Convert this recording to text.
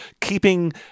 keeping